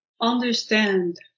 understand